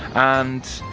and.